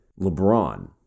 lebron